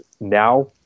now